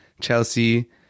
Chelsea